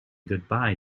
goodbye